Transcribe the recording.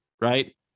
right